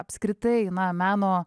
apskritai na meno